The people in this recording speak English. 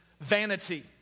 vanity